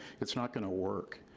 it's not gonna work,